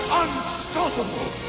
unstoppable